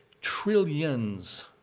trillions